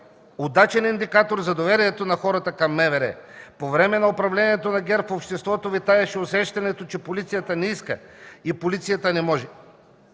удачен индикатор за доверието на хората към МВР. По време на управлението на ГЕРБ в обществото витаеше усещането, че полицията не иска и не може.